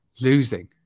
losing